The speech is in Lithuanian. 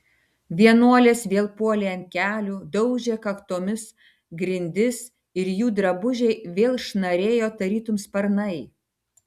vienuolės vėl puolė ant kelių daužė kaktomis grindis ir jų drabužiai vėl šnarėjo tarytum sparnai